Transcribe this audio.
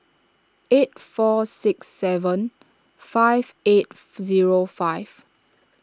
eight four six seven five eight zero five